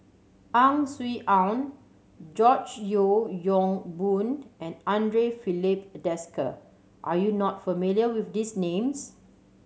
Ang Swee Aun George Yeo Yong Boon and Andre Filipe Desker are you not familiar with these names